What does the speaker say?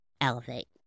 elevate